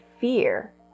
fear